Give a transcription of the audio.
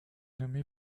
nommé